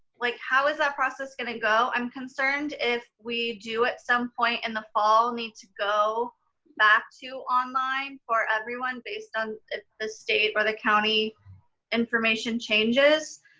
like, how is that process gonna go? i'm concerned if we do, at some point in the fall, need to go back to online for everyone based on the state or the county information changes,